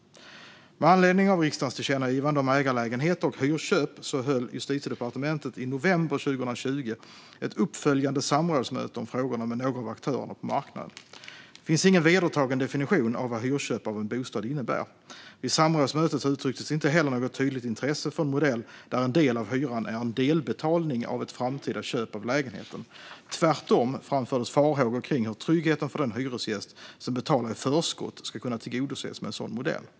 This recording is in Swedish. Med anledning av riksdagens tillkännagivande om ägarlägenheter och hyrköp höll Justitiedepartementet i november 2020 ett uppföljande samrådsmöte om frågorna med några av aktörerna på marknaden. Det finns ingen vedertagen definition av vad hyrköp av en bostad innebär. Vid samrådsmötet uttrycktes inte heller något tydligt intresse för en modell där en del av hyran är en delbetalning av ett framtida köp av lägenheten. Tvärtom framfördes farhågor kring hur tryggheten för den hyresgäst som betalar i förskott ska kunna tillgodoses med en sådan modell.